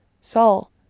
Saul